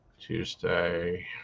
Tuesday